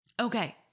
Okay